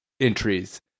entries